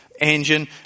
engine